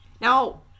Now